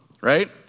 right